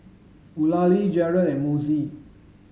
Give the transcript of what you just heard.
Eulalie Jered and Mossie